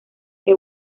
que